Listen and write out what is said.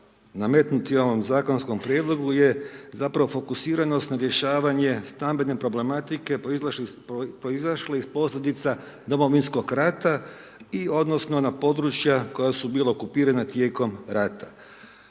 nametnuti ovom zakonskom prijedlogu je, zapravo fokusiranost na rješavanje stambene problematike proizašle iz posljedica Domovinskog rata i, odnosno na područja koja su bila okupirana tijekom rata.